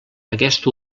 aquest